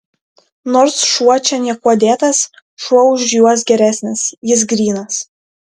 nors šuo čia niekuo dėtas šuo už juos geresnis jis grynas